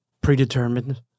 predetermined